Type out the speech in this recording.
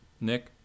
Nick